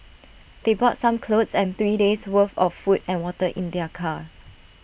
they brought some clothes and three days' worth of food and water in their car